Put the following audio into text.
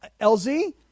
LZ